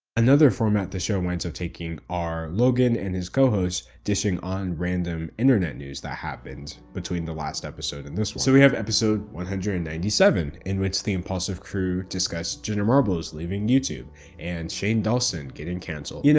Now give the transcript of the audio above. another format the show went on so taking are logan and his co-hosts dishing on random internet news that happened between the last episode and this one. so, we have episode one hundred and ninety seven in which the impaulsive crew discuss jenna marbles leaving youtube and shane dawson getting canceled. you know